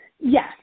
Yes